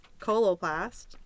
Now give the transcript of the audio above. Coloplast